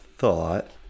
thought